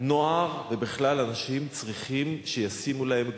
נוער ובכלל אנשים צריכים שישימו להם גבולות.